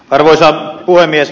arvoisa puhemies